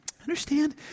Understand